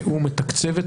שהוא מתקצב את